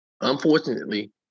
unfortunately